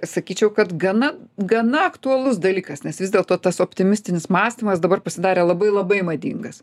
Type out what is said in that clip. sakyčiau kad gana gana aktualus dalykas nes vis dėlto tas optimistinis mąstymas dabar pasidarė labai labai madingas